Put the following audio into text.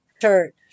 Church